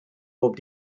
bob